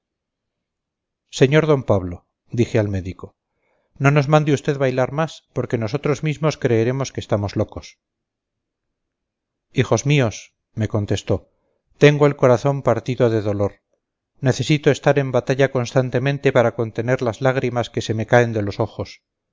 sr d pablo dije al médico no nos mande usted bailar más porque nosotros mismos creeremos que estamos locos hijos míos me contestó tengo el corazón partido de dolor necesito estar en batalla constantemente para contener las lágrimas que se me caen de los ojos